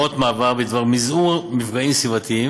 והוראות מעבר בדבר מזעור מפגעים סביבתיים